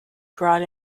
brought